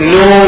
no